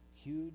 huge